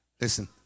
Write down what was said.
Listen